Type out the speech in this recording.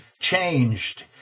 changed